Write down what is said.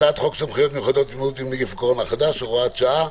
הצעת חוק סמכויות מיוחדות להתמודדות עם נגיף הקורונה החדש (הוראת שעה)